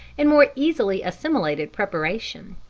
and more easily assimilated preparation.